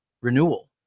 renewal